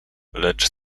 lecz